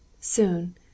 Soon